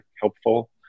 helpful